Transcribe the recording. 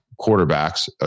quarterbacks